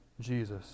Jesus